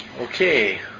Okay